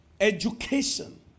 education